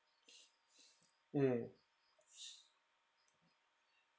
mm